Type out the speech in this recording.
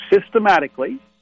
systematically